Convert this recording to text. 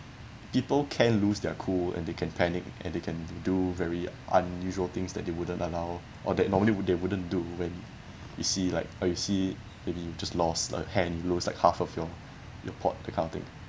people can lose their cool and they can panic and they can do very unusual things that they wouldn't allow or that normally would they wouldn't do when you see like or you see maybe you just lost a hen blows like half of your your pot that kind of thing